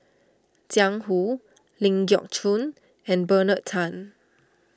Jiang Hu Ling Geok Choon and Bernard Tan